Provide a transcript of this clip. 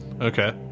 Okay